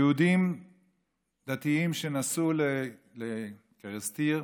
יהודים דתיים שנסעו לקרסטיר,